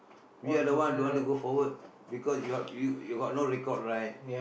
we are the one don't want to go forward because you're you you got no record right